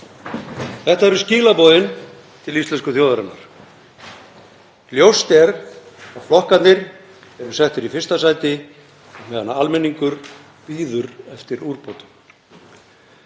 Þetta eru skilaboðin til íslensku þjóðarinnar. Ljóst er að flokkarnir eru settir í fyrsta sæti meðan almenningur bíður eftir úrbótum.